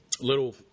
Little